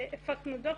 הפקנו דוח,